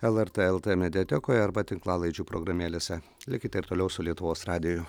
lrt lt mediatekoje arba tinklalaidžių programėlėse likite ir toliau su lietuvos radiju